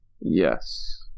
Yes